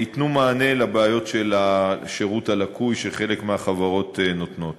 ייתנו מענה לבעיות של השירות הלקוי שחלק מהחברות נותנות.